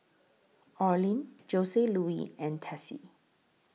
Orlin Joseluis and Tessie